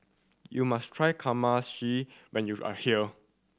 you must try when you are here